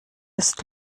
ist